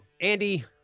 Andy